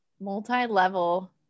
Multi-level